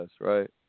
right